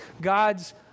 God's